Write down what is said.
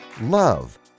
love